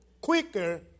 quicker